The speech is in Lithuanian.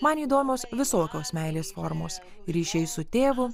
man įdomios visokios meilės formos ryšiai su tėvu